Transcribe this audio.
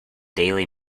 daily